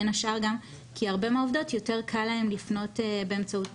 בין השאר גם כי להרבה מהעובדות יותר קל לפנות באמצעות